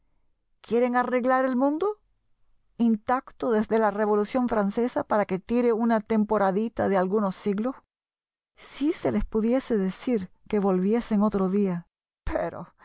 quieren arreglar el mundo intacto desde la revolución francesa para que tire una temporadita de algunos siglos si se les pudiese decir que volviesen otro día pero